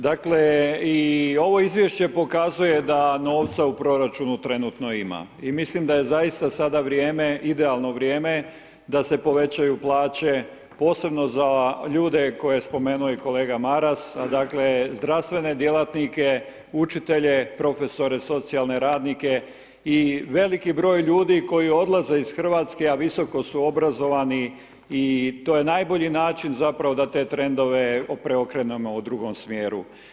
Dakle, i ovo Izvješće pokazuje da novca u proračunu trenutno ima i mislim da je zaista sada vrijeme, idealno vrijeme da se povećaju plaće, posebno za ljude koje je spomenuo i kolega Maras, dakle, zdravstvene djelatnike, učitelje, profesore, socijalne radnike i veliki broj ljudi koji odlaze iz RH, a visoko su obrazovani i to je najbolji način zapravo da te trendove preokrenemo u drugom smjeru.